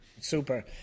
Super